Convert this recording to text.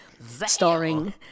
starring